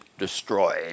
destroyed